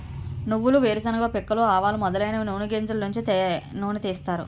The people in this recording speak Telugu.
నువ్వులు వేరుశెనగ పిక్కలు ఆవాలు మొదలైనవి నూని గింజలు నుంచి నూనె తీస్తారు